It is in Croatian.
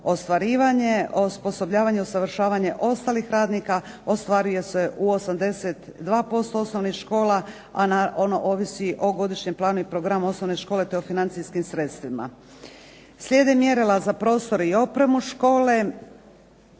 ostvarivanje, osposobljavanje, usavršavanje ostalih radnika ostvaruje se u 82% osnovnih škola, a ono ovisi o godišnjem planu i programu osnovne škole te o financijskim sredstvima. Slijede mjerila za prostore i opremu škole.